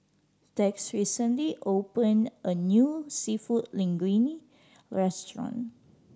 Tex recently opened a new Seafood Linguine Restaurant